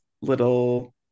little